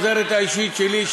העוזרת האישית שלי,